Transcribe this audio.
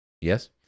Yes